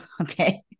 okay